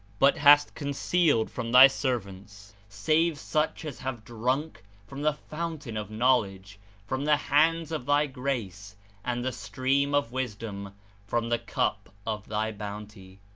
but hast concealed from thy servants save such as have drunk from the fountain of knowledge from the hands of thy grace and the stream of wisdom from the cup of thy bounty.